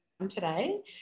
today